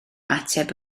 ateb